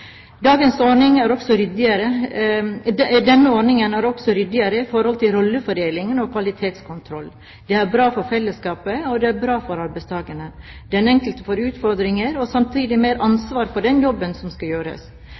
Denne ordningen er også ryddigere i forhold til rollefordeling og kvalitetskontroll. Det er bra for fellesskapet, og det er bra for arbeidstakerne. Den enkelte får utfordringer og samtidig mer ansvar for den jobben som skal gjøres.